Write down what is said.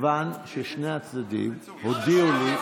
מכיוון ששני הצדדים הודיעו לי,